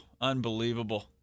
unbelievable